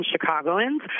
Chicagoans